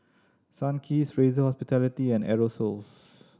Sunkist Fraser Hospitality and Aerosoles